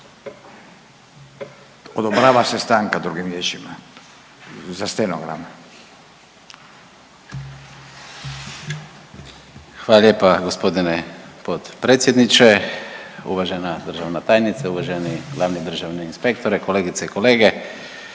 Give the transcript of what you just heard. Odobrava se stanka drugim riječima, za stenogram. **Daus, Emil (IDS)** Hvala lijepa gospodine potpredsjedniče. Uvažena državna tajnice, uvaženi glavni državni inspektore, kolegice i kolege.